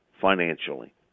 financially